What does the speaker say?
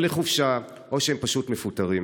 או לחופשה או שהם פשוט מפוטרים.